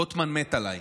רוטמן מת עליי,